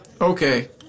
Okay